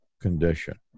condition